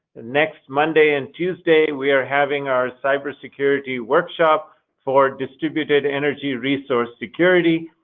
next monday and tuesday we are having our cyber security workshop for distributed energy resource security.